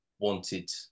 wanted